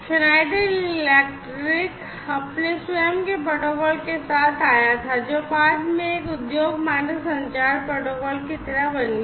Schneider electric अपने स्वयं के प्रोटोकॉल के साथ आया था जो बाद में एक उद्योग मानक संचार प्रोटोकॉल की तरह बन गया